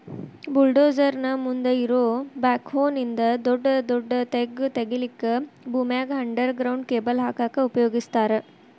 bulldozer ನ ಮುಂದ್ ಇರೋ ಬ್ಯಾಕ್ಹೊ ನಿಂದ ದೊಡದೊಡ್ಡ ತೆಗ್ಗ್ ತಗಿಲಿಕ್ಕೆ ಭೂಮ್ಯಾಗ ಅಂಡರ್ ಗ್ರೌಂಡ್ ಕೇಬಲ್ ಹಾಕಕ್ ಉಪಯೋಗಸ್ತಾರ